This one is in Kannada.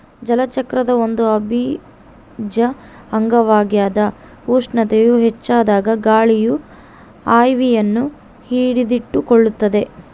ಜಲಚಕ್ರದ ಒಂದು ಅವಿಭಾಜ್ಯ ಅಂಗವಾಗ್ಯದ ಉಷ್ಣತೆಯು ಹೆಚ್ಚಾದಾಗ ಗಾಳಿಯು ಆವಿಯನ್ನು ಹಿಡಿದಿಟ್ಟುಕೊಳ್ಳುತ್ತದ